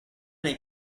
nei